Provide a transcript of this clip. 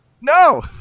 No